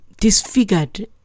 disfigured